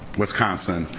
wisconsin,